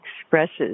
expresses